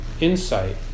insight